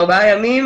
בארבעה ימים